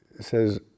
says